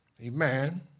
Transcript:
amen